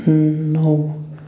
نَو